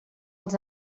els